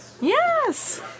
Yes